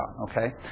Okay